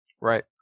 Right